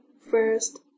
first